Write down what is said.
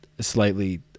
slightly